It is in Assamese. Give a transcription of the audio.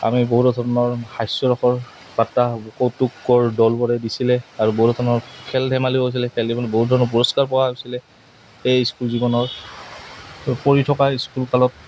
আমি বহুতো ধৰণৰ হাস্যৰসৰ পাত্তা কৌতুকৰ দলবোৰে দিছিলে আৰু বহুত ধৰণৰ খেল ধেমালিও আছিলে খেল ধেমালি বহুত ধৰণৰ পুৰস্কাৰ পোৱা হৈছিলে সেই স্কুল জীৱনৰ পঢ়ি থকা স্কুল কালত